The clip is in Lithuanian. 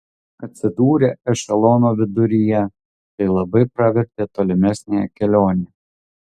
atsidūrė ešelono viduryje tai labai pravertė tolimesnėje kelionėje